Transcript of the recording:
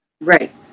Right